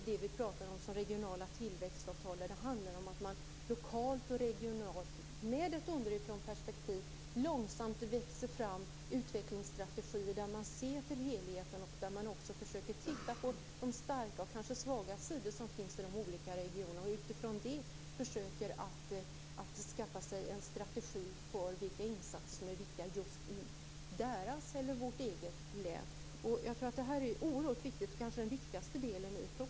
Det handlar om att det, med ett underifrånperspektiv, lokalt och regionalt långsamt växer fram utvecklingsstrategier som innebär att man ser till helheten och också försöker titta på de starka och kanske också svaga sidor som finns i de olika regionerna. Utifrån det försöker man sedan skaffa sig en strategi för vilka insatser som är viktiga i de olika länen. Jag tror att det här är oerhört viktigt, kanske den viktigaste delen i propositionen.